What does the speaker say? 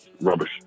rubbish